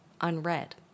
unread